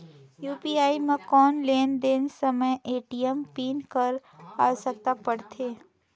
UPI म कौन लेन देन समय ए.टी.एम पिन कर आवश्यकता पड़थे?